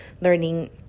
learning